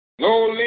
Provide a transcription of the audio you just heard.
No